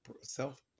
self-